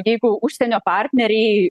jeigu užsienio partneriai